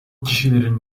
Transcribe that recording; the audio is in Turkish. kişilerin